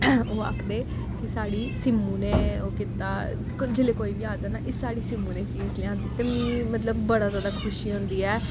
ओह् आखदे कि साढ़ी सिम्मू ने ओह् कीता जेल्लै कोई बी आखदा दा ना एह् साढ़ी सिम्मू ने चीज़ लेआंदी ते मिगी मतलब बड़ा जादा खुशी होंदी ऐ